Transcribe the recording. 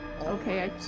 okay